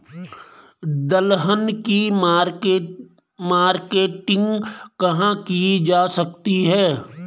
दलहन की मार्केटिंग कहाँ की जा सकती है?